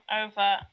over